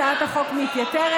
הצעת החוק מתייתרת,